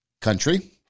country